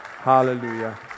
Hallelujah